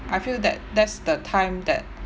I feel that that's the time that